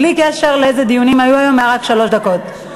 בלי קשר לאיזה דיונים היו היום, היו רק שלוש דקות.